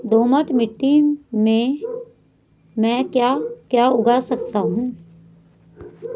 दोमट मिट्टी में म ैं क्या क्या उगा सकता हूँ?